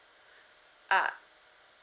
ah